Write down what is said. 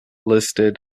listed